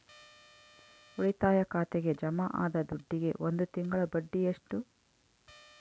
ಉಳಿತಾಯ ಖಾತೆಗೆ ಜಮಾ ಆದ ದುಡ್ಡಿಗೆ ಒಂದು ತಿಂಗಳ ಬಡ್ಡಿ ಎಷ್ಟು?